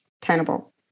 tenable